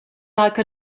like